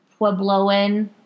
Puebloan